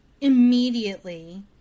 immediately